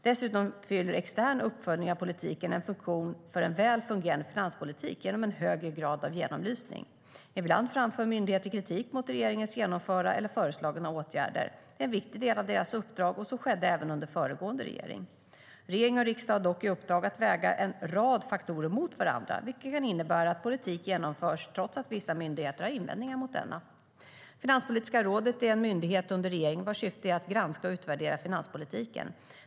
Dessutom fyller extern uppföljning av politiken en funktion för en väl fungerande finanspolitik genom en högre grad av genomlysning. Ibland framför myndigheter kritik mot regeringens genomförda eller föreslagna åtgärder. Det är en viktig del av deras uppdrag, och så skedde även under föregående regering. Regering och riksdag har dock i uppdrag att väga en rad faktorer mot varandra, vilket kan innebära att en politik genomförs trots att vissa myndigheter har invändningar mot denna. Finanspolitiska rådet är en myndighet under regeringen vars syfte är att granska och utvärdera finanspolitiken.